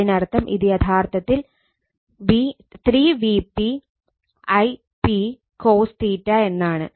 അതിനർത്ഥം ഇത് യഥാർത്ഥത്തിൽ 3 Vp I p cos എന്നാണ്